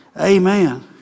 Amen